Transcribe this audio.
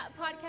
podcast